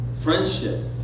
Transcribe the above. Friendship